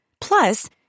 Plus